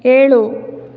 ಏಳು